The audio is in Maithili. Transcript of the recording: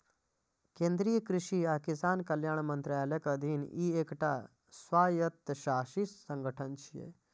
केंद्रीय कृषि आ किसान कल्याण मंत्रालयक अधीन ई एकटा स्वायत्तशासी संगठन छियै